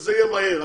שזה יהיה מהר.